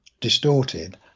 distorted